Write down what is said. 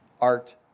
art